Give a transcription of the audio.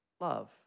love